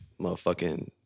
motherfucking